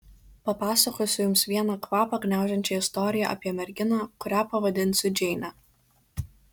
papasakosiu jums vieną kvapą gniaužiančią istoriją apie merginą kurią pavadinsiu džeine